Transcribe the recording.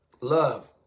love